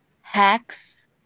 hacks